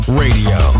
radio